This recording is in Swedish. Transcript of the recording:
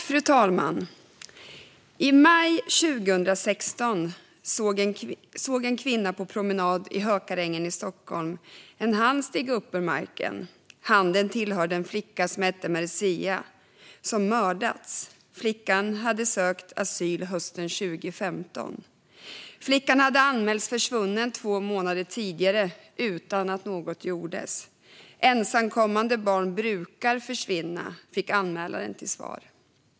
Fru talman! I maj 2016 såg en kvinna på promenad i Hökarängen i Stockholm en hand sticka upp ur marken. Handen tillhörde en flicka som hette Merziah och som hade mördats. Flickan hade sökt asyl hösten 2015. Två månader innan hon hittades hade hon anmälts försvunnen utan att något gjordes - ensamkommande barn brukar försvinna, fick anmälaren till svar.